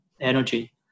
energy